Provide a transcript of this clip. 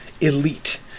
elite